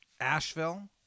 Asheville